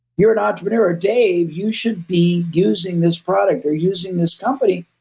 you're an entrepreneur, or dave, you should be using this product or using this company,